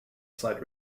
sled